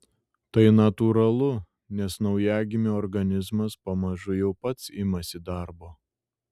tai natūralu nes naujagimio organizmas pamažu jau pats imasi darbo